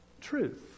truth